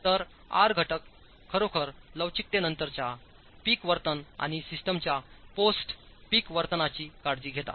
तर आर घटक खरोखर लवचिकतेनंतरच्या peak वर्तन आणि सिस्टमच्या पोस्ट peak वर्तनचीकाळजी घेतात